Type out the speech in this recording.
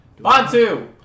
Bantu